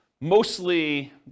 mostly